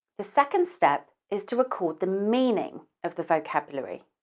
the second step is to record the meaning of the vocabulary.